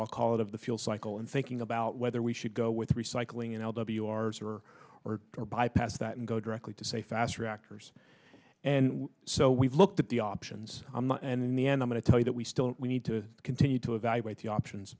i'll call it of the fuel cycle and thinking about whether we should go with recycling n l w r's or or or bypass that and go directly to say fast reactors and so we've looked at the options and in the end i'm going to tell you that we still need to continue to evaluate the options